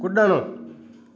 कुड॒णु